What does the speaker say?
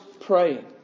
praying